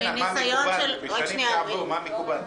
מניסיון --- בשנים שעברו מה מקובל?